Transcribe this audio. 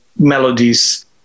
melodies